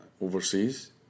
overseas